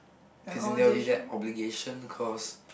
as in there will be that obligation cause